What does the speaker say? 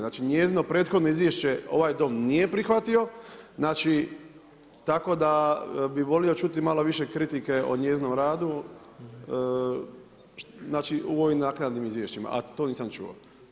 Znači, njezino prethodno izvješće ovaj dom nije prihvatio, tako da bih volio čuti malo više kritike o njezinom radu u ovim naknadnim izvješćima, a to nisam čuo.